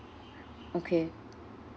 okay